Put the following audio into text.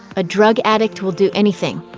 a drug addict will do anything.